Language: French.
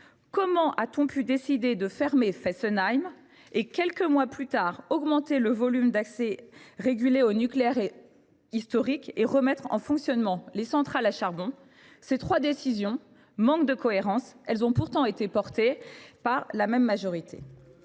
Comment a t on pu décider de fermer Fessenheim, puis, quelques mois plus tard, d’augmenter le volume d’accès régulé à l’électricité nucléaire historique (Arenh) et remettre en fonctionnement des centrales à charbon ? Ces trois décisions manquent de cohérence. Pourtant elles ont été prises par la même majorité